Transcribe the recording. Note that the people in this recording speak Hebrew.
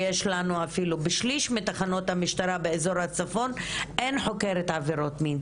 ואפילו בשליש מתחנות המשטרה בצפון הארץ אין חוקרת עבירות מין.